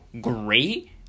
great